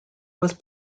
was